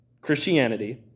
Christianity